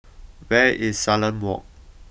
where is Salam Walk